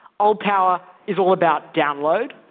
old power is all about download,